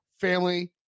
family